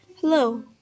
Hello